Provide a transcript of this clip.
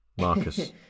Marcus